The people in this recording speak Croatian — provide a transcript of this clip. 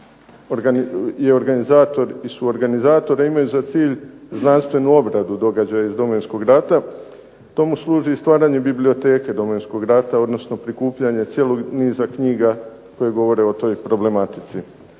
je organizator i suorganizator a imaju za cilj znanstvenu obradu događaja iz Domovinskog rata. Tomu služi i stvaranje biblioteke Domovinskog rata odnosno prikupljanje cijelog niza knjiga koje govore o toj problematici.